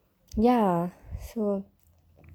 ya so